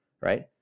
right